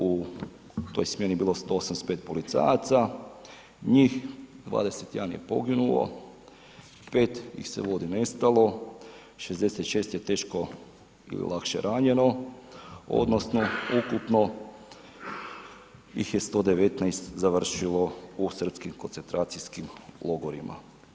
U toj smjeni je bilo 185 policajaca, njih 21 je poginulo, 5 ih se vodi nestalo, 66 je teško ili lakše ranjeno odnosno ukupno ih je 119 završilo u srpskim koncentracijskim logorima.